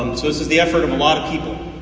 um so it's it's the effort of a lot of people.